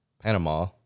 Panama